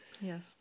Yes